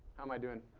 am i doing?